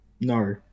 No